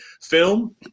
film